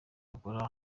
bakora